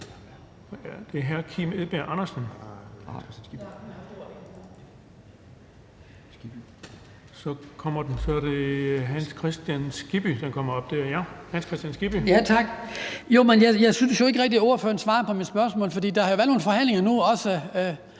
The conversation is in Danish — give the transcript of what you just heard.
Jeg synes ikke rigtig, ordføreren svarer på mit spørgsmål.